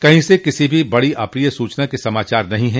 कहीं से किसी भी बड़ी अप्रिय सूचना के समाचार नहीं है